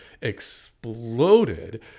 exploded